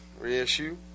reissue